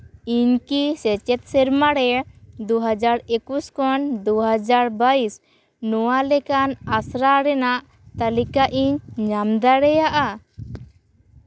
ᱤᱧ ᱠᱤ ᱥᱮᱪᱮᱫ ᱥᱮᱨᱢᱟ ᱨᱮ ᱫᱩ ᱦᱟᱡᱟᱨ ᱮᱠᱩᱥ ᱠᱷᱚᱱ ᱫᱩᱦᱟᱡᱟᱨ ᱵᱟᱭᱤᱥ ᱱᱚᱣᱟ ᱞᱮᱠᱟᱱ ᱟᱥᱨᱟᱲ ᱨᱮᱱᱟᱜ ᱛᱟᱞᱤᱠᱟ ᱤᱧ ᱧᱟᱢ ᱫᱟᱲᱮᱭᱟᱜᱼᱟ